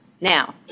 Now